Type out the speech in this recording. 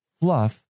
fluff